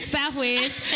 Southwest